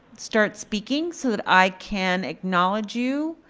start speaking so that i can acknowledge you.